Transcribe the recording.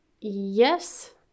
Yes